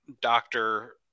doctor